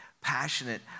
passionate